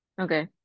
Okay